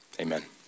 amen